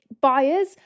buyers